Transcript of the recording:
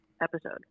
episode